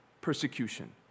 persecution